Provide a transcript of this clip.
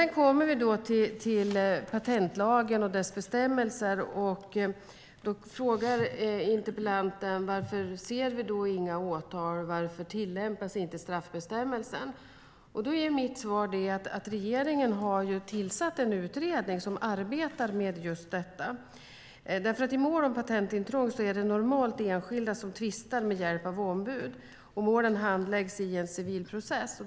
När det gäller patentlagen och dess bestämmelser frågar interpellanten varför vi inte ser några åtal och varför straffbestämmelsen inte tillämpas. Mitt svar är att regeringen har tillsatt en utredning som arbetar med just detta. I mål om patentintrång är det normalt enskilda som tvistar med hjälp av ombud, och målen handläggs i en civilprocess.